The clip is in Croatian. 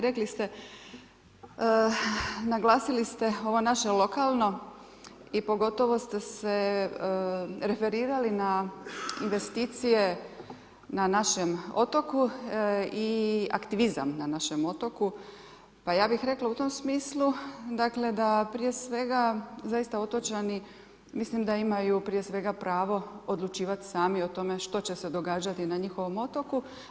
Rekli ste, naglasili ste ovo naše lokalno i pogotovo ste se referirali na investicije na našem otoku i aktivizam na našem otoku, pa ja bih rekla u tom smislu da prije svega zaista otočani mislim da imaju prije svega pravo odlučivati sami o tome što će se događati na njihovom otoku.